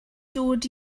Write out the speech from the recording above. dod